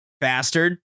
Bastard